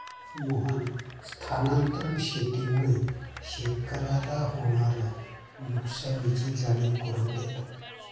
मोहन स्थानांतरण शेतीमुळे शेतकऱ्याला होणार्या नुकसानीची जाणीव करून देतो